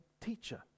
teacher